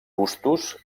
bustos